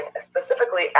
specifically